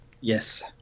Yes